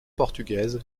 portugaise